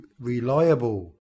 Reliable